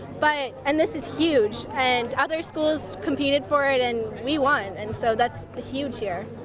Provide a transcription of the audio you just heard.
but and this is huge. and other schools competed for it and we won. and so that's huge here.